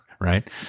right